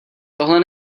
tohle